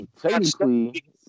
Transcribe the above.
technically